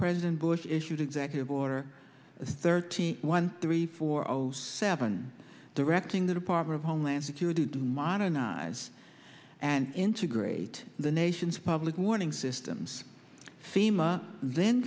president bush issued executive order thirty one three four zero seven directing the department of homeland security to modernize and integrate the nation's public warning systems thema then